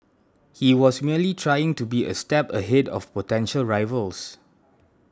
he was merely trying to be a step ahead of potential rivals